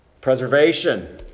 preservation